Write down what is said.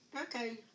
Okay